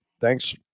Thanks